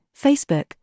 Facebook